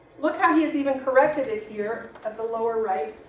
look how he has even corrected it here at the lower right.